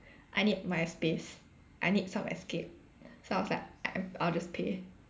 I need my space I need some escape so I was like I I'll just pay